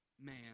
man